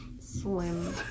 slim